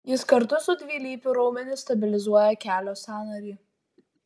jis kartu su dvilypiu raumeniu stabilizuoja kelio sąnarį